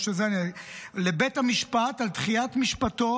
לבית המשפט על דחיית משפטו.